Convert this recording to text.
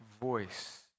voice